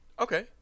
Okay